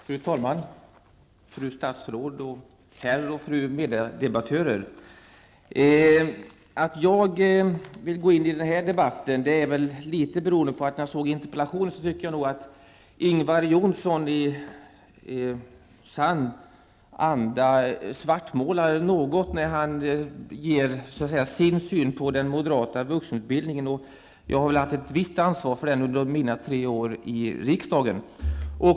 Fru talman! Fru statsråd och herr och fru meddebattörer! Jag vill gå in i den här debatten därför att jag läste Ingvar Johnssons interpellation, där jag tycker att han i sann anda svartmålar något när han ger sin syn på den moderata politiken när det gäller vuxenutbildning. Jag har haft ett visst ansvar för den under mina tre år i riksdagen.